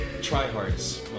Tryhards